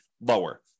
lower